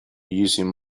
using